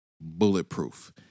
bulletproof